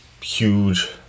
huge